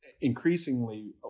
increasingly